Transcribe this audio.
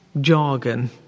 jargon